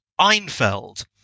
Einfeld